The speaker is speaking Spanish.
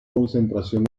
concentración